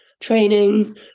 training